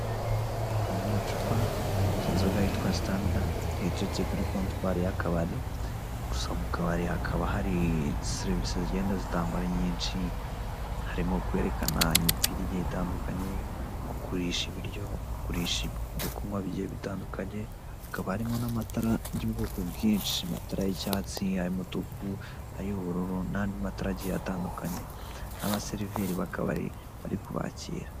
iri n' icupa ry'inzoga yitwa sitamina riteretse kuri kontwari y'akabari gusa mu kabari hakaba hari serivise zigenda zitangwa ari nyinshi harimo kwerekana imipira igihe itandukanye kugurisha ibiryo ugurisha ibyo kunywa bye bitandukanye akaba harimo n amatara y'ubwoko bwinshi amatara y'icyatsi ay' umutuku ay' ubururu nandi matara agiye atandukanye n'abaseriveri bakaba ari bari kubakira